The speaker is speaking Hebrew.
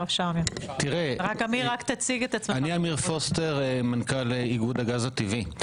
אני אמיר פוסטר, מנכ"ל איגוד הגז הטבעי.